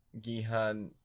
Gihan